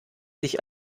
sich